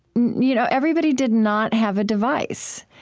you know everybody did not have a device.